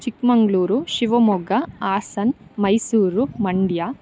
Chikkamagaluru Shivamogga Hassan Mysuru Mandya